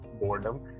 boredom